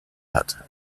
hat